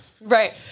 Right